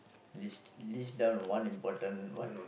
list list down one important what